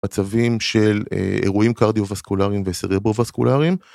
מצבים של אירועים קרדיו-ווסקולריים וסריבו-ווסקולריים.